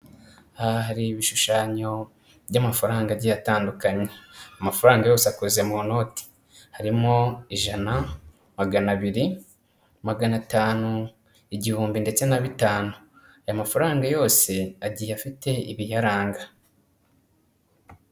Aha hari ibishushanyo by'amafaranga agiye atandukanye, amafaranga yose akoze mu noti, harimo ijana, magana abiri, magana atanu, igihumbi, ndetse na bitanu. Aya mafaranga yose agiye afite ibiyaranga.